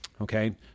Okay